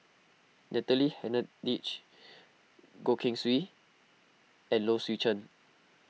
Natalie Hennedige Goh Keng Swee and Low Swee Chen